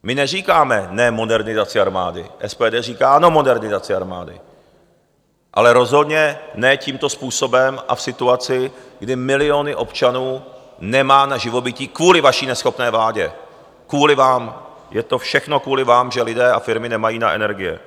My neříkáme ne modernizaci armády: SPD říká ano modernizaci armády, ale rozhodně ne tímto způsobem a v situaci, kdy miliony občanů nemají na živobytí kvůli vaší neschopné vládě, kvůli vám, je to všechno kvůli vám, že lidé a firmy nemají na energie.